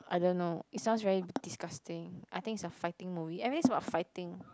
I don't know it sounds very disgusting I think it's a fighting movie everything's about fighting